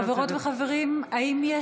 חברות וחברים, יש